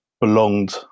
belonged